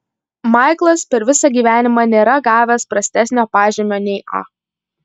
maiklas per visą gyvenimą nėra gavęs prastesnio pažymio nei a